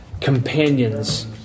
companions